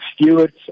stewards